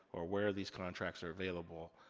or where these contracts are available.